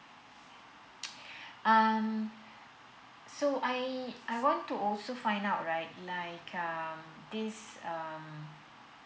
um so I I want to also find out right like um this uh